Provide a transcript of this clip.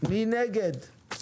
מי נגד?